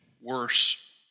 worse